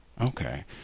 Okay